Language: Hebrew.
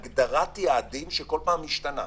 אנחנו עוברים הגדרת יעדים שכל פעם משתנה.